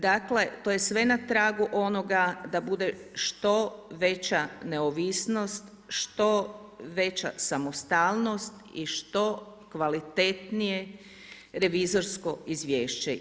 Dakle to je sve na tragu onoga da bude što veća neovisnost, što veća samostalnost i što kvalitetnije revizorsko izvješća.